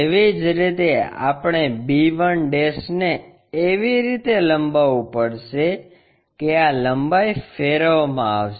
તેવી જ રીતે આપણે b 1 ને એવી રીતે લંબાવવું પડશે કે આ લંબાઈ ફેરવવામાં આવશે